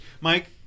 Mike